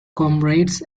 comrades